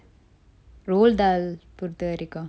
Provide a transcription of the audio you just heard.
roald dahl பொருத்த வரைக்கும்:porutha varaikkum